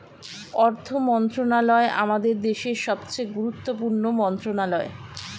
অর্থ মন্ত্রণালয় আমাদের দেশের সবচেয়ে গুরুত্বপূর্ণ মন্ত্রণালয়